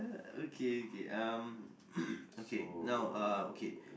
okay okay um okay now uh okay